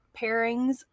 pairings